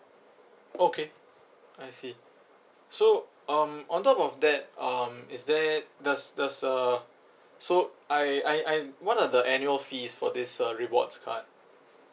okay I see so um on top of that um is there does does uh so I I I what are the annual fees for this uh rewards card